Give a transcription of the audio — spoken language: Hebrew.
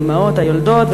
האימהות היולדות,